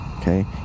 Okay